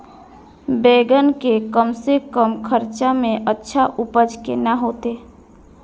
बेंगन के कम से कम खर्चा में अच्छा उपज केना होते?